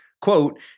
quote